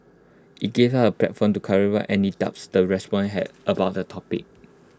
IT gave us A platform to clarify any doubts the respond had about the topic